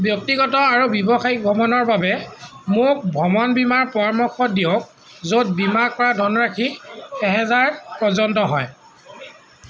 ব্যক্তিগত আৰু ব্যৱসায়িক ভ্ৰমণৰ বাবে মোক ভ্ৰমণ বীমাৰ পৰামৰ্শ দিয়ক য'ত বীমা কৰা ধনৰাশি এহেজাৰ পৰ্যন্ত হয়